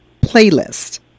playlist